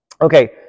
okay